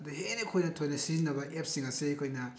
ꯑꯗ ꯍꯦꯟꯅ ꯑꯩꯈꯣꯏꯗ ꯊꯣꯏꯅ ꯁꯤꯖꯤꯟꯅꯕ ꯑꯦꯞꯁꯤꯡ ꯑꯁꯤ ꯑꯩꯈꯣꯏꯅ